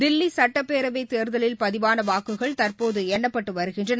தில்லிசட்டப்பேரவைத் தேர்தலில் பதிவானவாக்குகள் தற்போதுஎண்ணப்பட்டுவருகின்றன